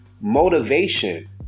motivation